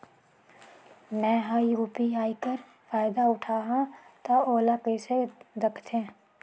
मैं ह यू.पी.आई कर फायदा उठाहा ता ओला कइसे दखथे?